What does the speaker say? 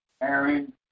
Aaron